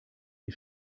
die